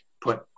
put